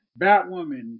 Batwoman